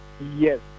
Yes